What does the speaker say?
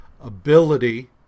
ability